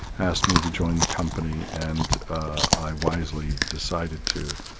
asked me to join the company, and i wisely decided to.